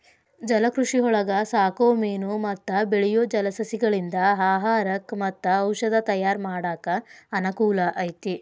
ಜಲಕೃಷಿಯೊಳಗ ಸಾಕೋ ಮೇನು ಮತ್ತ ಬೆಳಿಯೋ ಜಲಸಸಿಗಳಿಂದ ಆಹಾರಕ್ಕ್ ಮತ್ತ ಔಷದ ತಯಾರ್ ಮಾಡಾಕ ಅನಕೂಲ ಐತಿ